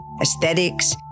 aesthetics